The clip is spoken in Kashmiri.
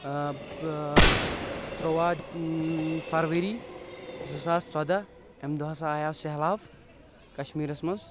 آ تٕرُوہ فروری زٕ ساس ژۄدہ امہِ دۄہ ہسا آیاو سہلاب کشمیٖرس منٛز